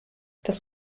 das